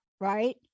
right